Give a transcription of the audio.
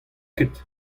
ket